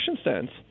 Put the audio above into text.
stands